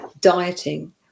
dieting